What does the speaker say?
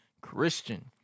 Christian